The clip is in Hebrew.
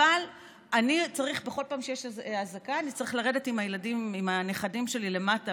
אבל בכל פעם שיש איזו אזעקה אני צריך לרדת עם הנכדים שלי למטה,